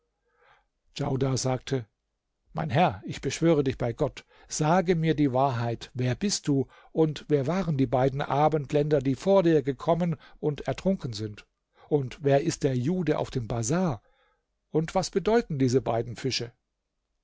djaudar sagte mein herr ich beschwöre dich bei gott sage mir die wahrheit wer bist du und wer waren die beiden abendländer die vor dir gekommen und ertrunken sind und wer ist der jude auf dem bazar und was bedeuten diese beiden fische